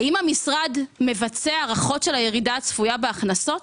האם המשרד מבצע הערכות של הירידה הצפויה בהכנסות?